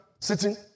sitting